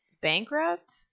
bankrupt